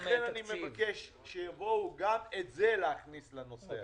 לכן אני מבקש שיבואו, גם את זה להכניס לנושא.